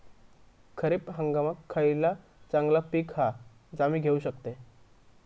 खरीप हंगामाक खयला चांगला पीक हा जा मी घेऊ शकतय?